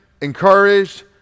encouraged